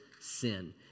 sin